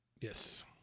Yes